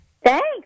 Thanks